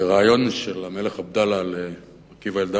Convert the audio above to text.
בריאיון שנתן המלך עבדאללה לעקיבא אלדר